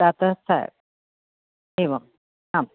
प्रातः सायम् एवम् आम्